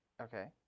Okay